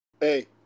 Hey